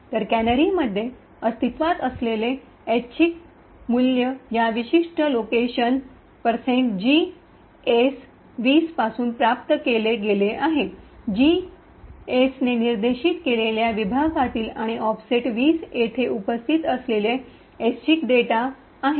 तर कॅनरीमध्ये अस्तित्त्वात असलेले यादृच्छिक रैन्डम् random मूल्य या विशिष्ट लोकेशन जीएस २० पासून प्राप्त केले गेले आहे जी जीएसने निर्देशित केलेल्या विभागातील आणि ऑफसेट २० येथे उपस्थित असलेले यादृच्छिक रैन्डम् random डेटा आहे